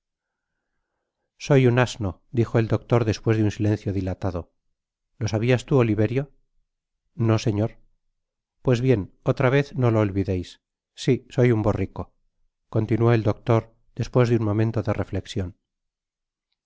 soy un asno dijo el doctor despues de un silencio dilatado lo sabias tu oliverio no señor pues bien otra vez no lo olvides si soy ua borrico continuó el doctor despues de un momento de reflecsion